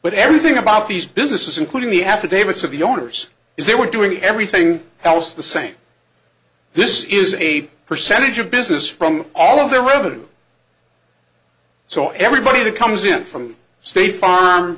but everything about these businesses including the affidavits of the owners is they were doing everything else the same this is a percentage of business from all of their revenue so everybody that comes in from state farm